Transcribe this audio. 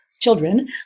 children